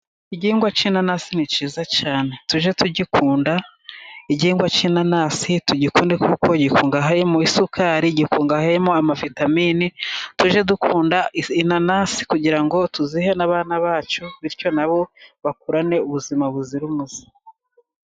Igihingwa cy'inanasi ni cyiza cyane. Tujye tugikunda igihingwa cy'inanasi, tugikunde kuko gikungahaye mu isukari. Gikungahayemo amavitaminini, tujye dukunda inanasi kugira ngo tuzihe n'abana bacu. Bityo na bo bakurane ubuzima buzira umuze.